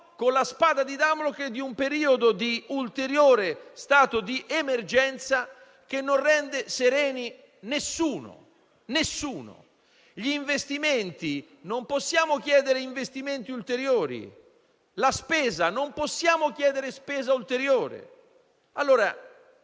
con la spada di Damocle di un ulteriore periodo di emergenza che non rende nessuno sereno. Gli investimenti? Non possiamo chiedere investimenti ulteriori. La spesa? Non possiamo chiedere spesa ulteriore.